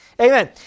Amen